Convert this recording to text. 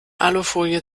alufolie